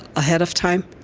ahead of time,